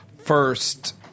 first